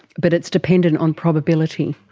but it's dependent on probability.